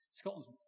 scotland's